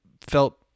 felt